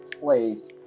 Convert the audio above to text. place